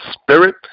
spirit